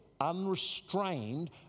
Unrestrained